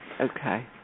Okay